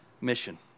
mission